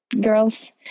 girls